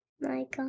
Michael